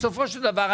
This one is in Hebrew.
בסופו של דבר,